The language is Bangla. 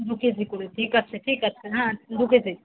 দু কেজি করে ঠিক আছে ঠিক আছে হ্যাঁ দু কেজি